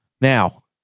Now